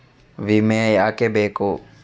ವಿಮೆ ಯಾಕೆ ಬೇಕು?